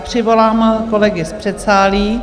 Přivolám kolegy z předsálí.